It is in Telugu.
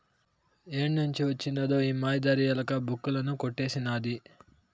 ఏడ్నుంచి వొచ్చినదో ఈ మాయదారి ఎలక, బుక్కులన్నీ కొట్టేసినాది